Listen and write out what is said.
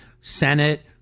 Senate